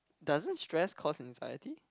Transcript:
doesn't stress cause anxiety